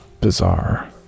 Bizarre